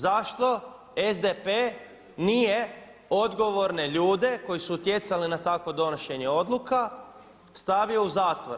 Zašto SDP nije odgovorne ljude koji su utjecali na takvo donošenje odluka stavio u zatvor.